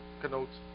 connotes